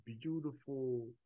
beautiful